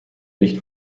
nicht